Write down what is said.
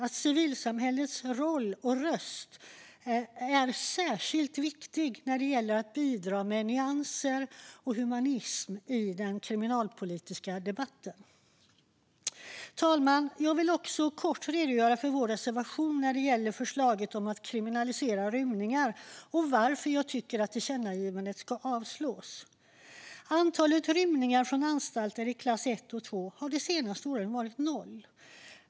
Jag ser civilsamhällets roll och röst som särskilt viktig när det gäller att bidra med nyanser och humanism i den kriminalpolitiska debatten. Fru talman! Jag ska kort redogöra för vår reservation när det gäller förslaget om att kriminalisera rymningar och varför jag tycker att tillkännagivandet ska avslås. Antalet rymningar från anstalter i klass l och 2 har de senaste två åren varit noll.